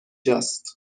جاست